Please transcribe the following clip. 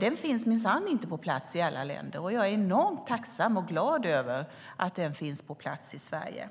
Den finns minsann inte på plats i alla länder, och jag är därför enormt tacksam och glad över att den finns på plats i Sverige.